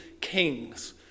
kings